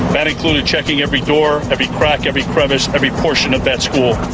that included checking every door, every crack, every crevice, every portion of that school.